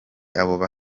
abo